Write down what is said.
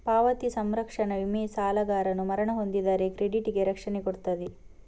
ಪಾವತಿ ಸಂರಕ್ಷಣಾ ವಿಮೆ ಸಾಲಗಾರನು ಮರಣ ಹೊಂದಿದರೆ ಕ್ರೆಡಿಟ್ ಗೆ ರಕ್ಷಣೆ ಕೊಡ್ತದೆ